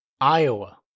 Iowa